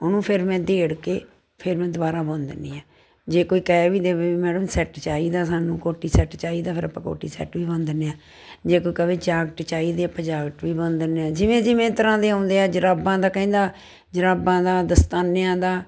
ਉਹਨੂੰ ਫਿਰ ਮੈਂ ਦੇੜ ਕੇ ਫਿਰ ਮੈਂ ਦੁਬਾਰਾ ਬੁਣ ਦਿੰਦੀ ਹਾਂ ਜੇ ਕੋਈ ਕਹਿ ਵੀ ਦੇਵੇ ਵੀ ਮੈਡਮ ਸੈੱਟ ਚਾਹੀਦਾ ਸਾਨੂੰ ਕੋਟੀ ਸੈੱਟ ਚਾਹੀਦਾ ਫਿਰ ਆਪਾਂ ਕੋਟੀ ਸੈੱਟ ਵੀ ਬੁਣ ਦਿੰਦੇ ਹਾਂ ਜੇ ਕੋਈ ਕਹੇ ਜਾਕਟ ਚਾਹੀਦੀ ਆਪਾਂ ਜਾਕਟ ਵੀ ਬੁਣ ਦਿੰਦੇ ਹਾਂ ਜਿਵੇਂ ਜਿਵੇਂ ਤਰ੍ਹਾਂ ਦੇ ਆਉਂਦੇ ਆ ਜੁਰਾਬਾਂ ਦਾ ਕਹਿੰਦਾ ਜੁਰਾਬਾਂ ਦਾ ਦਸਤਾਨਿਆਂ ਦਾ